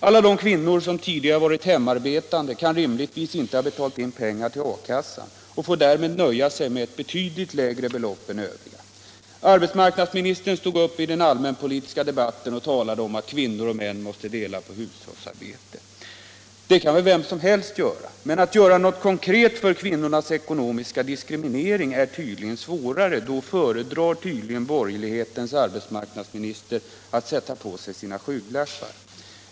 Alla de kvinnor som tidigare har varit hemarbetande kan rimligtvis inte ha betalat in pengar till arbetslöshetskassan och får därmed nöja sig med ett betydligt lägre belopp än övriga. Arbetsmarknadsministern talade i den allmänpolitiska debatten om att kvinnor och män måste dela på hushållsarbetet. Tala om det kan väl vem som helst göra. Men att göra något konkret för kvinnornas ekonomiska diskriminering är tydligen svårare. Då föredrar borgerlighetens arbetsmarknadsminister att sätta på sig sina skygglappar.